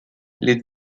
les